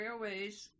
Railways